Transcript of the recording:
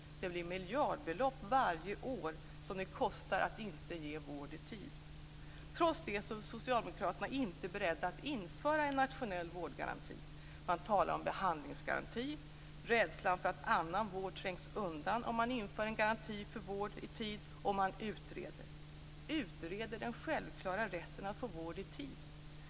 Det blir miljardbelopp varje år som det kostar att inte ge vård i tid. Trots det är Socialdemokraterna inte beredda att införa en nationell vårdgaranti. Man talar om behandlingsgaranti, rädslan för att annan vård trängs undan om man inför en garanti för vård i tid, och man utreder den självklara rätten att få vård i tid.